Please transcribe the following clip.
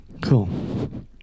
Cool